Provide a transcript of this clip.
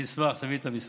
אני אשמח, תביא את המסמך.